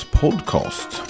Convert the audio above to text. podcast